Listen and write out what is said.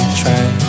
try